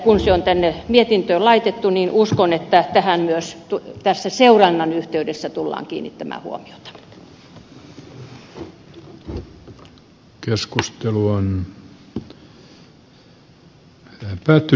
kun se on tänne mietintöön laitettu niin uskon että tähän myös tässä seurannan yhteydessä tullaan kiinnittämään huomiota